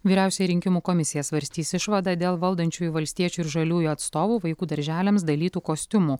vyriausioji rinkimų komisija svarstys išvadą dėl valdančiųjų valstiečių ir žaliųjų atstovų vaikų darželiams dalytų kostiumų